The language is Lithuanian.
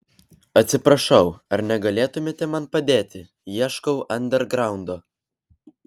atsiprašau ar negalėtumėte man padėti ieškau andergraundo